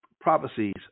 prophecies